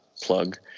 plug